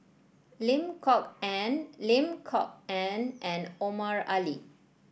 Lim Kok Ann Lim Kok Ann and Omar Ali